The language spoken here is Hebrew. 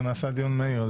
זה נעשה בדיון מהיר.